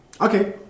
Okay